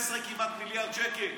ב-12 מיליארד שקל.